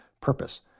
Purpose